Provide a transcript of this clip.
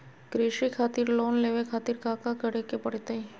कृषि खातिर लोन लेवे खातिर काका करे की परतई?